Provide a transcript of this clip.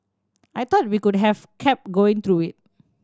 I thought we could have kept going through it